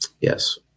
yes